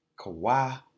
Kawhi